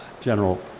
general